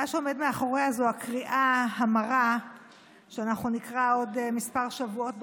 מה שעומד מאחוריה הוא הקריאה המרה שאנחנו נקרא בעוד כמה שבועות,